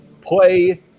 play